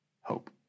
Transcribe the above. hope